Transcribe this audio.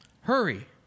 Hurry